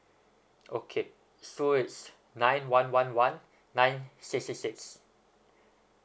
okay so it's nine one one one nine six six six